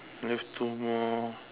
left two more